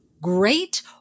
great